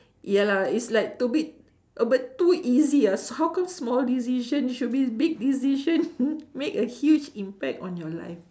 ya lah it's like too bit a bit too easy ah so how come small decision should be big decision made a huge impact on your life